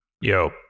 Yo